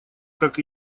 как